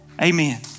Amen